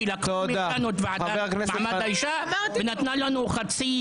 כי לקחו לנו את ועדת מעמד האישה ונתנו לנו חצי